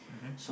mmhmm